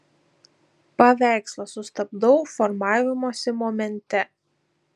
paveikslą sustabdau formavimosi momente